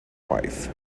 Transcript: wife